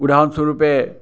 উদাহৰণস্বৰূপে